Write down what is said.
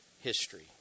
history